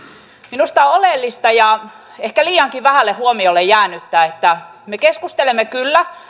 minusta on oleellista ja ehkä liiankin vähälle huomiolle jäänyttä että me keskustelemme kyllä